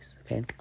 Okay